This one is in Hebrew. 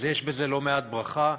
אז יש בזה לא מעט ברכה,